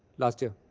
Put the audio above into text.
last year.